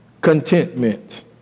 contentment